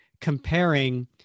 comparing